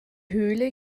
höhle